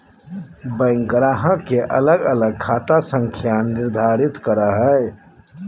bank ग्राहक के अलग अलग खाता संख्या निर्धारित करो हइ